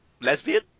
Lesbian